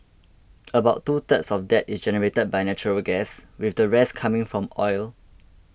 about two thirds of that is generated by natural gas with the rest coming from oil